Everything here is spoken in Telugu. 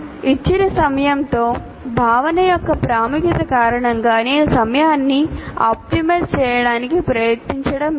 ఇచ్చిన సమయంతో భావన యొక్క ప్రాముఖ్యత కారణంగా నేను సమయాన్ని ఆప్టిమైజ్ చేయడానికి ప్రయత్నించడం లేదు